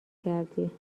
کردی